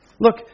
Look